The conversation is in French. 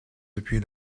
depuis